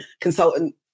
consultant